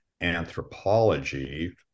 anthropology